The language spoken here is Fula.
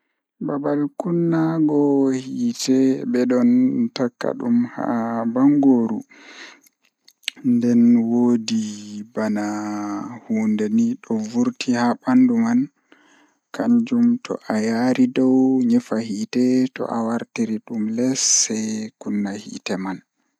Ko laawol rewɓe, light switches rewɓe njiddaade firti rewɓe fiyaangu. Ko rewɓe njiddaade rewɓe ko rewɓe sabu rewɓe tawa rewɓe ngal, rewɓe njiddaade ngal goɗɗo sabu njamaaji.